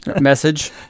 Message